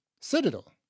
Citadel